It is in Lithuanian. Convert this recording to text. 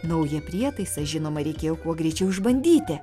naują prietaisą žinoma reikėjo kuo greičiau išbandyti